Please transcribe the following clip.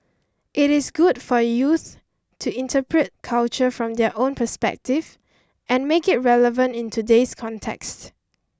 it is good for youth to interpret culture from their own perspective and make it relevant in today's context